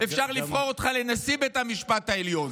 אפשר לבחור אותך לנשיא בית המשפט העליון.